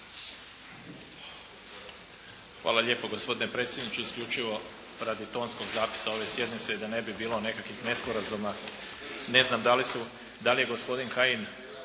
Hvala lijepa gospodine predsjedniče. Isključivo radi tonskog zapisa ove sjednice, da ne bi bilo nekakvih nesporazuma. Ne znam da li je gospodin Kajin